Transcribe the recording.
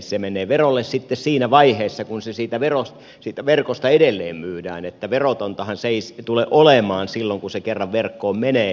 se mennee verolle sitten siinä vaiheessa kun se verkosta edelleen myydään että verotontahan se ei tule olemaan silloin kun se kerran verkkoon menee